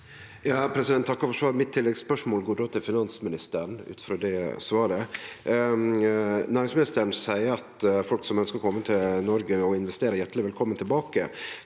takkar for svar- et. Tilleggsspørsmålet mitt går til finansministeren, ut frå det svaret. Næringsministeren seier at folk som ønskjer å kome til Noreg og investere, er hjarteleg velkomne tilbake.